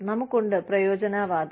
നമുക്കുണ്ട് പ്രയോജനവാദം